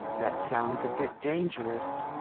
that sounds a bit dangerous.